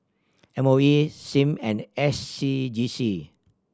M O E Sim and S C G C